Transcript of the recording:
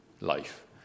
life